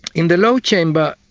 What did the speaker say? in the low chamber,